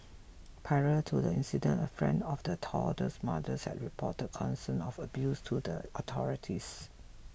prior to the incident a friend of the toddler's mothers had reported concerns of abuse to the authorities